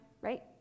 right